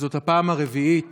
וזו הפעם הרביעית